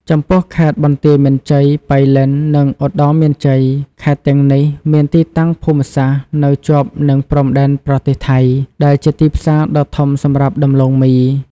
ចំពោះខេត្តបន្ទាយមានជ័យ ប៉ៃលិន និងឧត្តរមានជ័យ ខេត្តទាំងនេះមានទីតាំងភូមិសាស្ត្រនៅជាប់នឹងព្រំដែនប្រទេសថៃ ដែលជាទីផ្សារដ៏ធំសម្រាប់ដំឡូងមី។